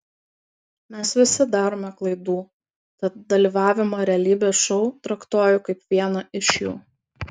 mes visi darome klaidų tad dalyvavimą realybės šou traktuoju kaip vieną iš jų